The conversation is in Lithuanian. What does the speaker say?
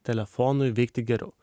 telefonui veikti geriau